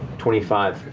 twenty five,